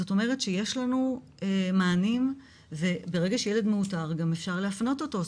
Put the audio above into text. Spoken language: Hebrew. זאת אומרת שיש לנו מענים וברגע שילד מאותר גם אפשר להפנות אותו.